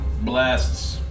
blasts